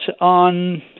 on